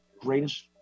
greatest